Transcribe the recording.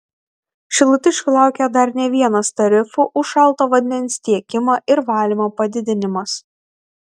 šilutiškių laukia dar ne vienas tarifų už šalto vandens tiekimą ir valymą padidinimas